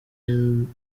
inzoka